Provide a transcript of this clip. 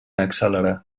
accelerar